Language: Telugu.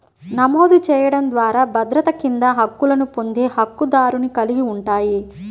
నమోదు చేయడం ద్వారా భద్రత కింద హక్కులు పొందే హక్కుదారుని కలిగి ఉంటాయి,